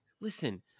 listen